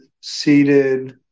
seated